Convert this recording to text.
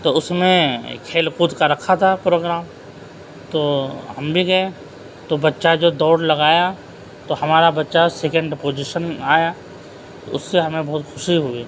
تو اس میں کھیل کود کا رکھا تھا پروگرام تو ہم بھی گئے تو بچّہ جو دوڑ لگایا تو ہمارا بچہ سیکنڈ پوزیشن میں آیا اس سے ہمیں بہت خوشی ہوئی